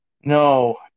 No